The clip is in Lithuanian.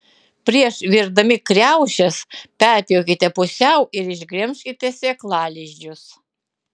prieš virdami kriaušes perpjaukite pusiau ir išgremžkite sėklalizdžius